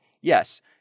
Yes